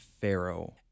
Pharaoh